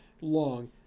long